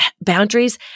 boundaries